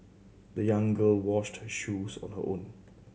the young girl washed her shoes on her own